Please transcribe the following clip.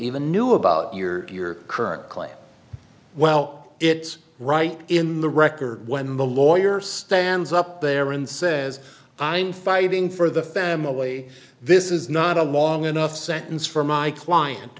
even knew about your current claim well it's right in the record when the lawyer stands up there and says i'm fighting for the family this is not a long enough sentence for my client